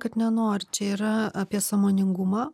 kad nenori čia yra apie sąmoningumą